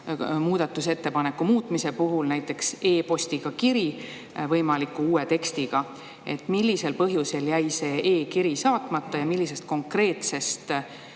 neile selle muutmise puhul näiteks e‑postiga kiri võimaliku uue tekstiga. Millisel põhjusel jäi see e‑kiri saatmata ja millisest konkreetsest